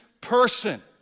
person